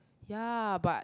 ya but